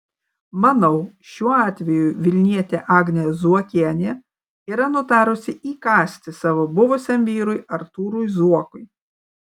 manau šiuo atveju vilnietė agnė zuokienė yra nutarusi įkąsti savo buvusiam vyrui artūrui zuokui